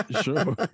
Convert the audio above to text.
Sure